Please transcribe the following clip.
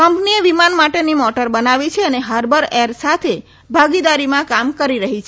કંપનીએ વિમાન માટેની મોટર બનાવી છે અને હાર્બર એર સાથે ભાગીદારીમાં કામ કરી રહી છે